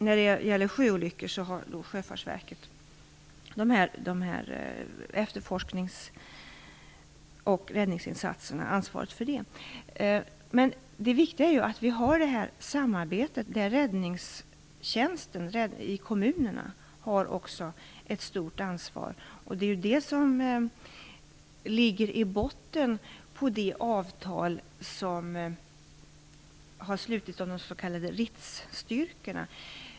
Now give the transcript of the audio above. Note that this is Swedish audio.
När det gäller sjöolyckor har Sjöfartsverket ansvaret för efterforsknings och räddningsinsatserna. Det viktiga är att detta samarbete sker, och där har räddningstjänsten i kommunerna också ett stort ansvar. Det är det som ligger i botten på det avtal som har slutits om de s.k. RITS-styrkorna.